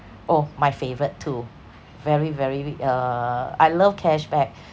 oh my favorite too very very ry~ uh I love cashback